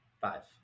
five